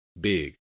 big